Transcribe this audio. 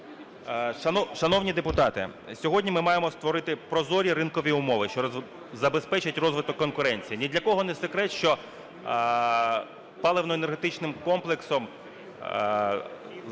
Шановні депутати, сьогодні ми маємо створити прозорі ринкові умови, що забезпечать розвиток конкуренції. Ні для кого не секрет, що паливно-енергетичним комплексом